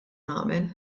nagħmel